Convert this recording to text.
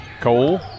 Cole